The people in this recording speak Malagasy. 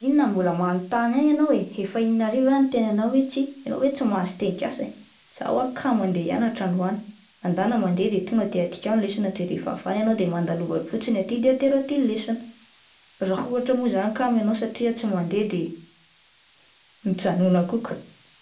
Inona no mbola manotany ahy enao eh? Efa in'ny arivo aho no niteny anao hoe tsia, enao ve tsy mahazo teny gasy eh, zah hoa kamo andeha hianatra androany, mandàna mandeha de tonga dia adikao ny lesona de rehefa avy any ianao de mandalova fotsiny aty de atero aty ny lesona, raha ohatra moa zany kamo ianao satria aho tsy mandeha de mijanona ko ko oh.